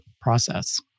process